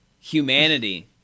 Humanity